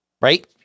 right